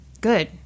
Good